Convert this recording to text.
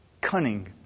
cunning